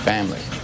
Family